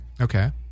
okay